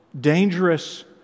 dangerous